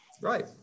Right